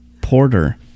porter